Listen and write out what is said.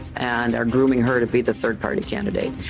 and are grooming her to be the third-party candidate.